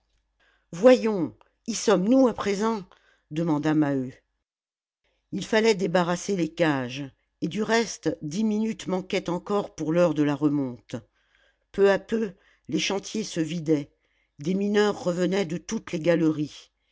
voyons y sommes-nous à présent demanda maheu il fallait débarrasser les cages et du reste dix minutes manquaient encore pour l'heure de la remonte peu à peu les chantiers se vidaient des mineurs revenaient de toutes les galeries